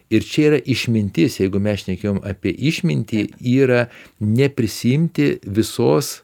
ir čia yra išmintis jeigu mes šnekėjom apie išmintį yra neprisiimti visos